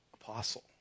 apostle